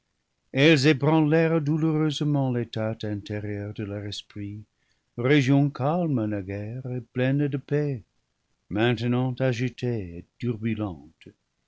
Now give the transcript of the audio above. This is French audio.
elles ébranlèrent douloureusement l'état intérieur de leur esprit région calme naguère et pleine de paix maintenant agitée et turbulente